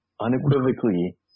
Unequivocally